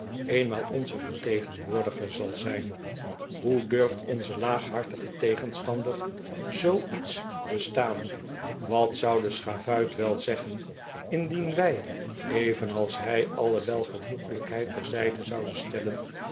eenmaal onze vertegenwoordiger zal zijn hoe durft onze laaghartige tegenstander zoo iets bestaan wat zou de schavuit wel zeggen indien wij evenals hij alle welvoeglijkheid ter zijde zouden stellen